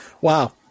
Wow